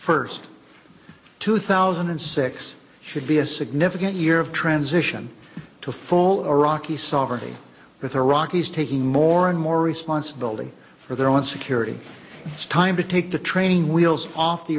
first two thousand and six should be a significant year of transition to full iraqi sovereignty with iraqis taking more and more responsibility for their own security it's time to take the training wheels off the